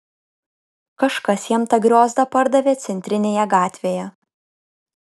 kažkas jam tą griozdą pardavė centrinėje gatvėje